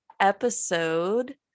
episode